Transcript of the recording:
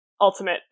ultimate